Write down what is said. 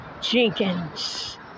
Jenkins